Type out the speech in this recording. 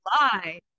lie